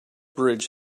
bridge